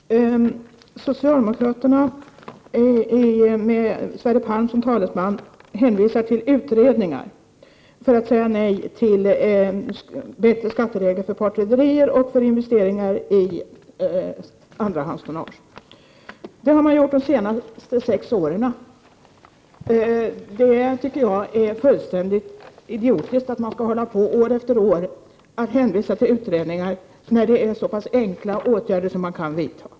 Herr talman! Socialdemokraterna med Sverre Palm som talesman hänvisar till utredningar för att säga nej till bättre skatteregler för partrederierna och för investeringar i andrahandstonnage. Det har man gjort de senaste sex åren. Jag tycker att det är fullständigt idiotiskt att år efter år hänvisa till utredningar, när man kan vidta så pass enkla åtgärder.